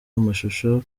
amashusho